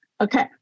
Okay